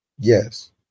Yes